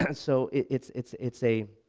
and so it's it's it's a